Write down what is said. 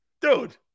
Dude